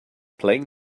playing